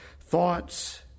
thoughts